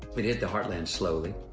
it hit the heartland slowly,